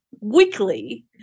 weekly